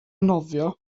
nofio